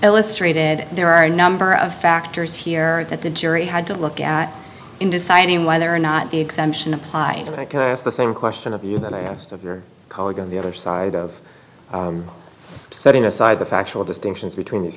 illustrated there are a number of factors here that the jury had to look at in deciding whether or not the exemption applied the same question of you that i asked of your colleague on the other side of setting aside the factual distinctions between these